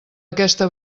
aquesta